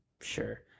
Sure